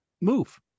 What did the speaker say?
move